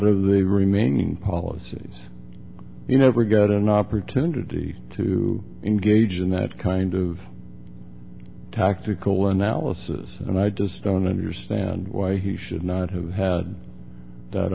f the remaining policies you never get an opportunity to engage in that kind of tactical analysis and i just don't understand why he should not have had that